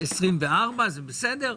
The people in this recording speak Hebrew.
זה בסדר,